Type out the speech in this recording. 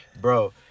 bro